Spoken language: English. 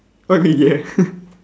what you mean yeah